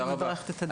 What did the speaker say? ואני מברכת את הדיון.